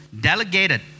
delegated